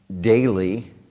daily